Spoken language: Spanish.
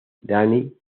daniel